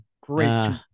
Great